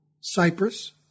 Cyprus